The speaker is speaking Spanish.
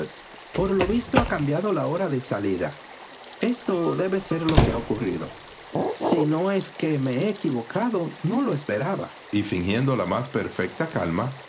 por lo visto ha cambiado la hora de salida esto debe ser lo que ha ocurrido si no es que me he equivocado no lo esperaba y fingiendo la más perfecta calma